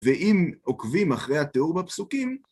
ואם עוקבים אחרי התיאור בפסוקים, ...